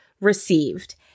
received